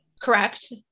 Correct